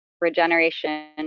regeneration